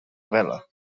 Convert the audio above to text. bela